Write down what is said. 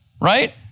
right